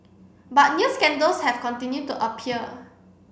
but new scandals have continued to appear